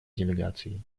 делегацией